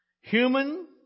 human